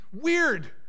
weird